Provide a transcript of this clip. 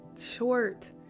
short